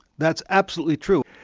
that's absolutely true.